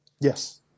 Yes